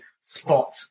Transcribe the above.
spot